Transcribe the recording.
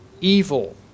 evil